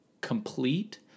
complete